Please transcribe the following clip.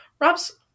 Rob's